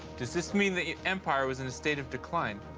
does this mean the empire was in a state of decline?